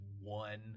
one